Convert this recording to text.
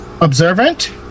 Observant